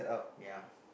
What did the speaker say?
yeah